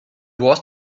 was